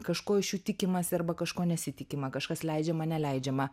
kažko iš jų tikimasi arba kažko nesitikima kažkas leidžiama neleidžiama